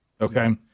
okay